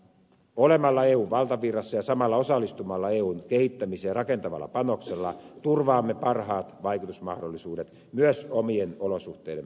olemalla eun valtavirrassa ja samalla osallistumalla eun kehittämiseen rakentavalla panoksella turvaamme parhaat vaikutusmahdollisuudet myös omien olosuhteidemme huomioimiselle